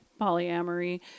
polyamory